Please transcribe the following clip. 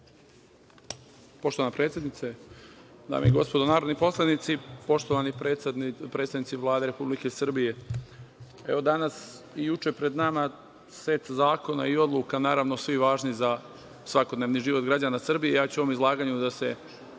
predsednice, dame i gospodo narodni poslanici, poštovani predsednici Vlade Republike Srbije, evo danas i juče pred nama set zakona i odluka, naravno svi važni za svakodnevni život građana Srbije, ja ću u ovom izlaganju da se